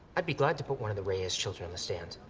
i'd be glad to put one of the reyes children on the stand.